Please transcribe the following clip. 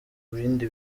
bindi